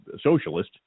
socialist